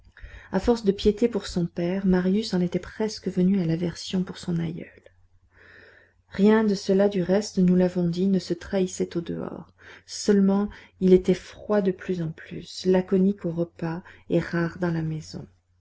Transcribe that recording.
à force de piété pour son père marius en était presque venu à l'aversion pour son aïeul rien de cela du reste nous l'avons dit ne se trahissait au dehors seulement il était froid de plus en plus laconique aux repas et rare dans la maison